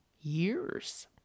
years